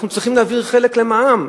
אנחנו צריכים להעביר חלק למע"מ.